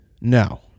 No